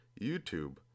YouTube